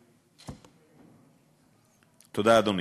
תודה, אדוני.